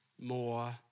more